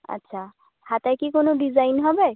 আচ্ছা হাতায় কি কোনো ডিজাইন হবে